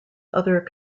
other